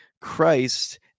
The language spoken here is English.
Christ